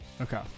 Okay